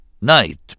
Night